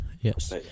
Yes